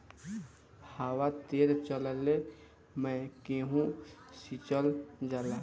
हवा तेज चलले मै गेहू सिचल जाला?